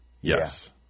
Yes